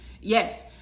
yes